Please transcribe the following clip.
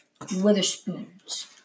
Witherspoons